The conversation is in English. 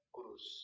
Kurus